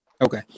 Okay